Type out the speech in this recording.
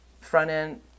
front-end